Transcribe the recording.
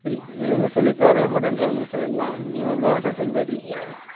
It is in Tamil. இல்லை எதுவுமே சொல்லி தரவே மாட்டேன்றானுங்க சார் எல்லாம் நீங்கள் வந்தால் தான் சொல்லி தருவிங்க